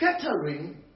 catering